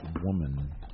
woman